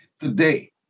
today